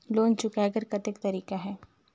Loan चुकाय कर कतेक तरीका है?